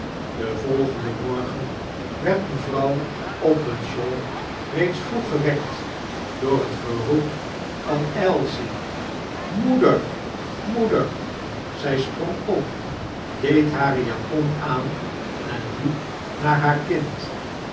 den volgenden morgen werd mevrouw openshaw reeds vroeg gewekt door het geroep van ailsie moeder moeder zij sprong op deed hare japon aan en liep naar haar kind